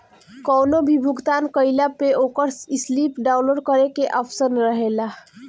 कवनो भी भुगतान कईला पअ ओकर स्लिप डाउनलोड करे के आप्शन रहेला